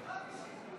מה עם החניה,